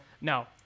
no